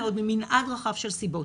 ממנעד רחב של סיבות.